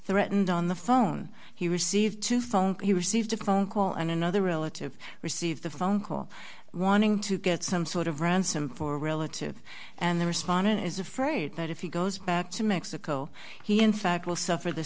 threatened on the phone he received to funk he was saved a phone call and another relative received a phone call wanting to get some sort of ransom for a relative and the respondent is afraid that if he goes back to mexico he in fact will suffer the